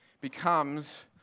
becomes